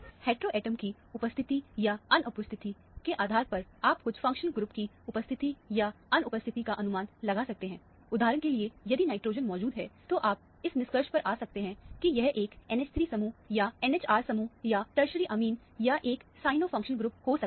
heteroatom की उपस्थिति या अनुपस्थिति के आधार पर आप कुछ फंक्शनल ग्रुप की उपस्थिति या अनुपस्थिति का अनुमान लगा सकते हैं उदाहरण के लिए यदि नाइट्रोजन मौजूद है तो आप इस निष्कर्ष पर आ सकते हैं कि यह एक NH3 समूह या NHR समूह या टरसरी अमाइन या एक साइनो फंक्शनल ग्रुप हो सकता है